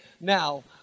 Now